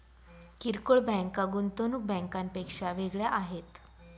किरकोळ बँका गुंतवणूक बँकांपेक्षा वेगळ्या आहेत